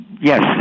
yes